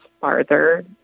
farther